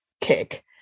kick